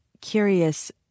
curious